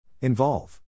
Involve